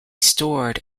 stored